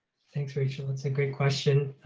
thanks, rachel. that's a great question.